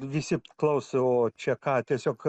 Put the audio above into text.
visi klaus o čia ką tiesiog